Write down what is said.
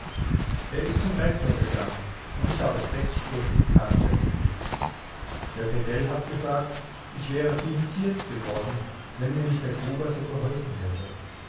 er ist zum rektor gegangen und ich habe sechs stunden karzer gekriegt der pedell hat gesagt ich wäre dimittiert geworden wenn mir nicht der gruber so geholfen hätte